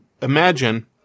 imagine